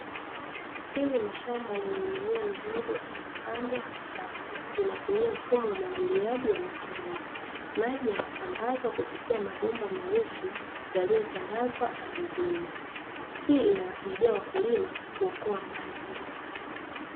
Hili ni shamba lenye mimea midogo iliyo pandwa kwa safu inatumia mfumo wa umwagiliaji wa matone, maji yanasambazwa kupitia mabomba meusi yaliyo tandazwa ardhini hii inawasaidia wakulima kuokoa maji.